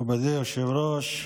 מכובדי היושב-ראש,